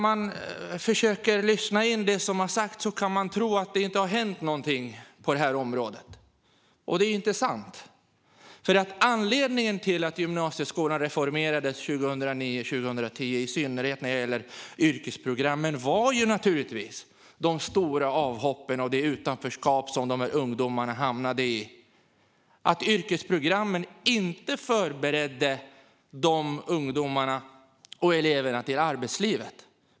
Man kan tro att det inte har hänt något på detta område, men det är inte sant. Anledningen till att gymnasieskolan reformerades 2009/10, i synnerhet vad gällde yrkesprogrammen, var givetvis de många avhoppen och det utanförskap som dessa ungdomar hamnade i och att yrkesprogrammen inte förberedde eleverna för arbetslivet.